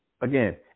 again